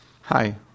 Hi